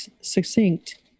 succinct